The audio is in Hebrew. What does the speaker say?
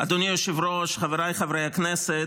אדוני היושב-ראש, חבריי חברי הכנסת,